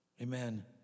Amen